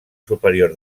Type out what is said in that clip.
superior